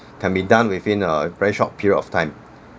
it can be done within a very short period of time